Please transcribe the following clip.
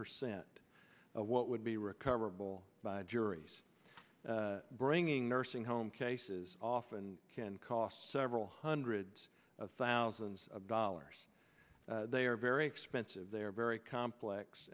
percent of what would be recoverable by juries bringing nursing home cases often can cost several hundreds of thousands of dollars they are very expensive they're very complex